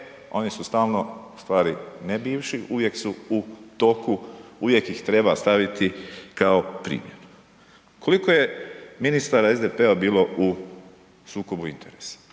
oni su stalno, ustvari ne bivši, uvijek su u toku, uvijek ih treba staviti kao primjer. Koliko je ministara SDP-a bilo u sukobu interesa?